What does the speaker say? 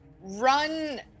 run